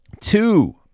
two